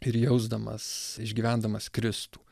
ir jausdamas išgyvendamas kristų